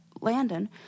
Landon